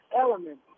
element